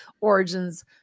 origins